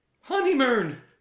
honeymoon